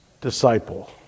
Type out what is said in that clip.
disciple